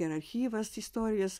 ir archyvas istorijos